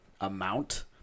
amount